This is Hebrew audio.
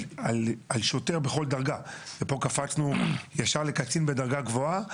שוטר בכל דרגה ופה קפצנו ישר לקצין בדרגה גבוהה.